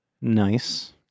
Nice